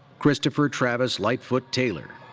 christopher travis lightfoot-taylor.